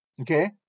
Okay